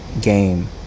game